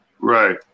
Right